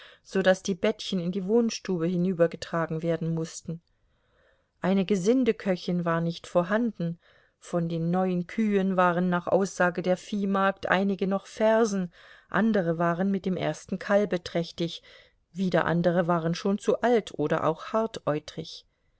so daß die bettchen in die wohnstube hinübergetragen werden mußten eine gesindeköchin war nicht vorhanden von den neun kühen waren nach aussage der viehmagd einige noch färsen andere waren mit dem ersten kalbe trächtig wieder andere waren schon zu alt oder auch